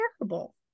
terrible